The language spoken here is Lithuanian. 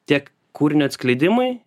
tiek kūrinio atskleidimui